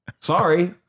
Sorry